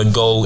go